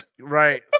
Right